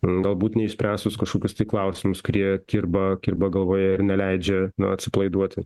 galbūt neišspręstus kažkokius tai klausimus kurie kirba kirba galvoje ir neleidžia atsipalaiduoti